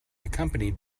accompanied